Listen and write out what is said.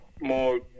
more